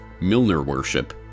Milner-worship